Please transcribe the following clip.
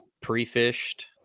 pre-fished